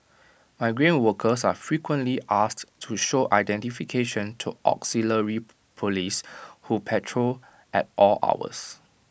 migrant workers are frequently asked to show identification to auxiliary Police who patrol at all hours